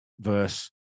verse